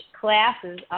classes